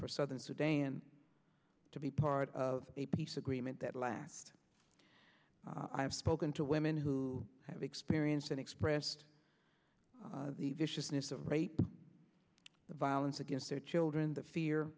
for southern sudan to be part of a peace agreement that last i have spoken to women who have experienced and expressed the viciousness of rape the violence against their children the